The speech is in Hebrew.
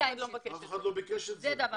אף אחד לא מבקש את זה.